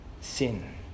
sin